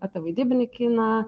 apie vaidybinį kiną